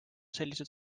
sellised